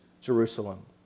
Jerusalem